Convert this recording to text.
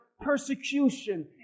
persecution